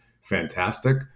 fantastic